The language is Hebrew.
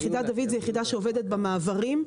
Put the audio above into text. יחידת דוד עובדת במעברים,